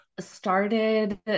Started